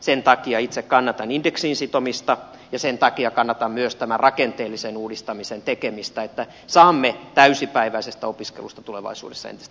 sen takia itse kannatan indeksiin sitomista ja sen takia kannatan myös tämän rakenteellisen uudistamisen tekemistä niin että saamme täysipäiväisestä opiskelusta tulevaisuudessa entistä